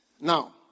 Now